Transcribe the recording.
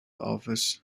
office